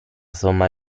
somma